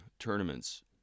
tournaments